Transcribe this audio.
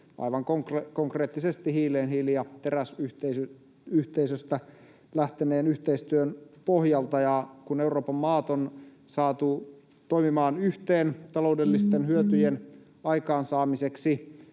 aivan konkreettisesti hiileen, hiili- ja teräsyhteisöstä lähteneen yhteistyön pohjalta — ja kun Euroopan maat on saatu toimimaan yhteen taloudellisten hyötyjen aikaansaamiseksi,